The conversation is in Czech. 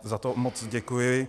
Za to moc děkuji.